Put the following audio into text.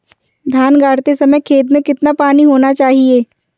धान गाड़ते समय खेत में कितना पानी होना चाहिए?